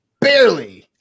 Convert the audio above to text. barely